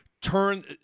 Turn